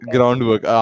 Groundwork